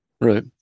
Right